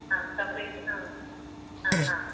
ആ കംപ്ലീറ്റ് ആ ആ ആ